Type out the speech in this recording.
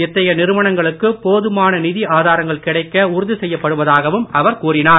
இத்தகைய நிறுவனங்களுக்குப் போதுமான நிதி ஆதாரங்கள் கிடைக்க உறுதி செய்யப் படுவதாகவும் அவர் கூறினார்